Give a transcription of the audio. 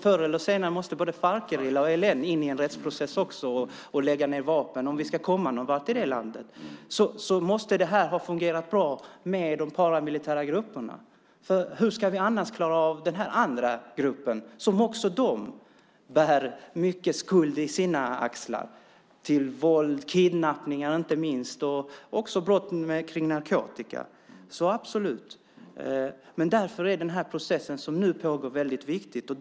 Förr eller senare måste både Farcgerillan och ELN in i en rättsprocess också och lägga ned vapnen om vi ska komma någon vart i det landet, och när nästa process ska i gång måste det här ha fungerat bra med de paramilitära grupperna. Hur ska vi annars klara av den andra gruppen, som också den bär en stor skuld på sina axlar. Den har gjort sig skyldig till våld, narkotikabrott och inte minst kidnappningar. Därför är den process som nu pågår väldigt viktig.